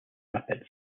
rapids